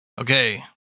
Okay